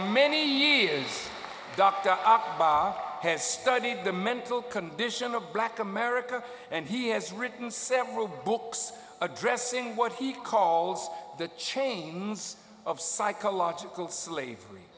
many years doctor has studied the mental condition of black america and he has written several books addressing what he calls the chains of psychological slavery